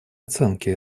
оценки